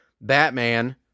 Batman